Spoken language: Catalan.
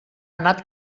anat